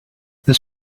this